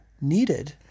needed